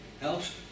helps